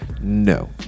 No